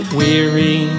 weary